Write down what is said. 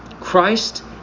Christ